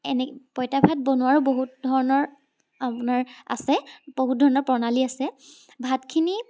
এনেই পঁইতাভাত বনোৱাও বহুত ধৰণৰ আপোনাৰ আছে বহুত ধৰণৰ প্ৰণালী আছে ভাতখিনি